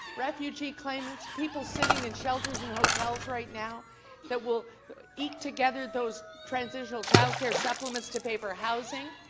refugee claimants, people sitting in shelters and hotels right now that will eat together those transitional child care supplements to pay for housing,